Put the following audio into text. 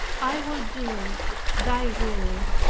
i will do thy will,